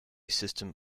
system